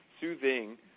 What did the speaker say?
soothing